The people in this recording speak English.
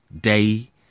day